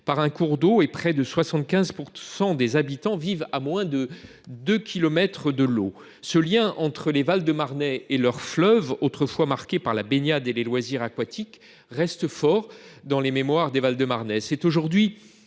par un cours d’eau et près de 75 % des habitants vivent à moins de deux kilomètres de l’eau. Ce lien entre les Val de Marnais et leur fleuve, autrefois marqué par la baignade et les loisirs aquatiques, reste fort dans les mémoires locales.